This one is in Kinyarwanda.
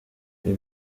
ibi